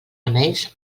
remeis